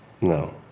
No